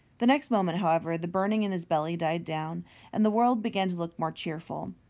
the next moment, however, the burning in his belly died down and the world began to look more cheerful.